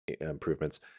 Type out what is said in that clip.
improvements